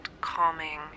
calming